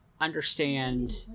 understand